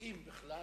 אם בכלל.